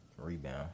Rebound